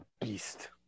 Beast